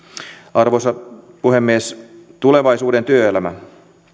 arvoisa puhemies tulevaisuuden työelämä